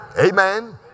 Amen